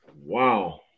wow